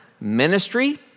ministry